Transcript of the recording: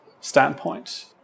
standpoint